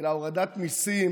אלא הורדת מיסים